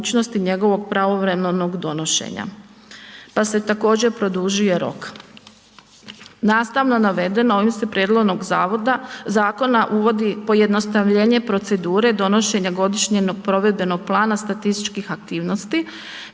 njegovog pravovremenog donošenja, pa se također produžuje rok. Nastavno navedeno ovim se prijedlogom zakona uvodi pojednostavljenje procedure donošenjem godišnjeg provedbenog plana statističkih aktivnosti